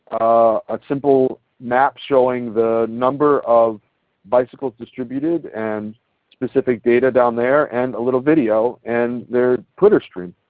a simple map showing the number of bicycles distributed and specific data down there and a little video and their twitter stream.